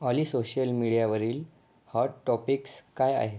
ऑली social मीडियावरील hot topics काय आहेत